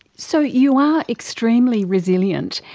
so you are extremely resilient.